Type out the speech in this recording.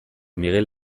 miguel